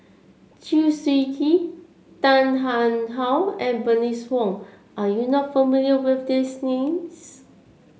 Chew Swee Kee Tan How and Bernice Wong are you not familiar with these names